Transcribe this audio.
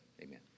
Amen